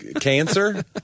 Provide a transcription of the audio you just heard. cancer